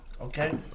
Okay